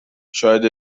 شاید